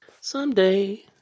Someday